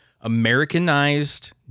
Americanized